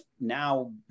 now